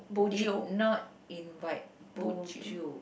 did not invite bo jio